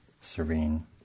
serene